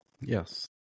Yes